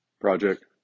project